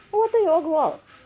oh time yang keluar tu